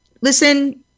listen